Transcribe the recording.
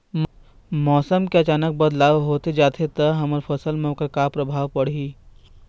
मौसम के अचानक बदलाव होथे जाथे ता हमर फसल मा ओकर परभाव का पढ़ी?